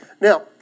now